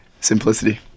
Simplicity